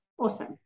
Awesome